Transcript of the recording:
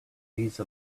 these